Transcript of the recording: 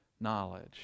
knowledge